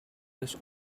this